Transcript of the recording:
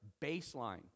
baseline